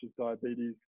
diabetes